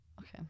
Okay